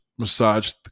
massage